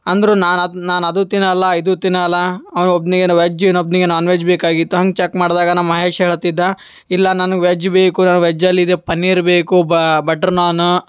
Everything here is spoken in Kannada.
ಅಂದರು ನಾನು ಅದ್ನ ನಾನು ಅದು ತಿನ್ನೋಲ್ಲ ಇದು ತಿನ್ನೋಲ್ಲ ಅವ್ನು ಒಬ್ನಿಗೆ ಏನೋ ವೆಜ್ ಇನ್ನೊಬ್ಬನಿಗೆ ನಾನ್ ವೆಜ್ ಬೇಕಾಗಿತ್ತು ಹಂಗೆ ಚಕ್ ಮಾಡಿದಾಗ ನಮ್ಮ ಮಹೇಶ್ ಹೇಳ್ತಿದ್ದ ಇಲ್ಲ ನನ್ಗೆ ವೆಜ್ ಬೇಕು ನನಗೆ ವೆಜ್ಜಲ್ಲಿ ಇದು ಪನ್ನೀರ್ ಬೇಕು ಬಟ್ರ್ ನಾನ